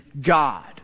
God